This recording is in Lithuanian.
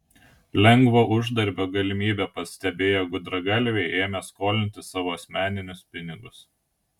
lengvo uždarbio galimybę pastebėję gudragalviai ėmė skolinti savo asmeninius pinigus